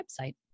website